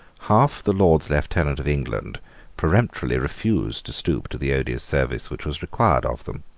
half the lords lieutenants of england peremptorily refused to stoop to the odious service which was required of them.